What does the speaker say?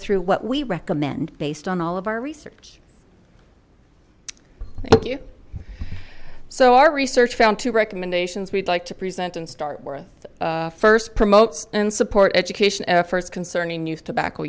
through what we recommend based on all of our research thank you so our research found two recommendations we'd like to present and start with first promotes and support education efforts concerning youth tobacco